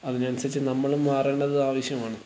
അതിനനുസരിച്ച് നമ്മളും മറേണ്ടത് ആവശ്യമാണ്